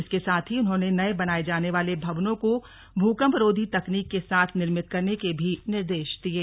इसके साथ ही उन्होंने नये बनाए जाने वाले भवनों को भूकम्परोधी तकनीक के साथ निर्मित करने के भी निर्देश दिये